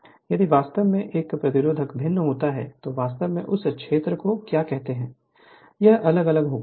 यदि वास्तव में यह प्रतिरोध भिन्न होता है तो वास्तव में उस क्षेत्र को क्या कहते हैं यह अलग अलग होगा